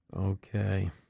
Okay